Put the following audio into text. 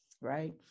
right